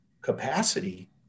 capacity